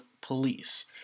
police